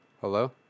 Hello